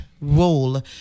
role